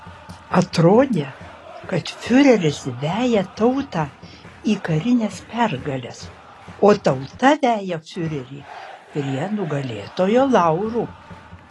atrodė kad fiureris veja tautą į karines pergales o tauta veja fiurerį prie nugalėtojo laurų